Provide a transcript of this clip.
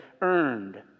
earned